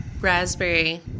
Raspberry